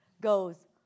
goes